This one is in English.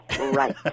right